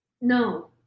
No